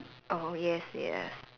oh yes yes